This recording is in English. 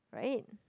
right